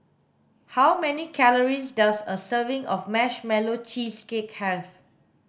how many calories does a serving of marshmallow cheesecake have